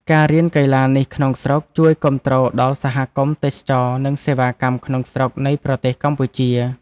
ការរៀនកីឡានេះក្នុងស្រុក ជួយគាំទ្រដល់សហគមន៍ទេសចរណ៍ និងសេវាកម្មក្នុងស្រុកនៃប្រទេសកម្ពុជា។